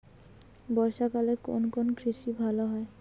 বর্ষা কালে কোন কোন কৃষি ভালো হয়?